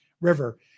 River